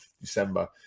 December